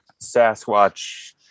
Sasquatch